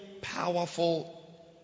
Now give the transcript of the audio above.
powerful